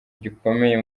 gikomeye